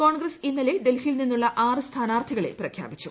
കോൺഗ്രസ് ഇന്നലെ ഡൽഹിയിൽ നിന്നുള്ള ആറ് സ്ഥാനാർത്ഥികളെ പ്രഖ്യാപിച്ചു